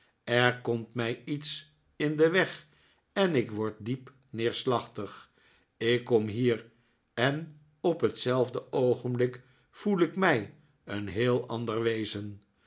er komt mij iets in den weg en ik word diep neerslachtig ik kom hier en op hetzelfde oogenblik voel ik mij een heel ander wezen